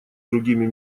другими